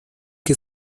que